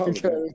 Okay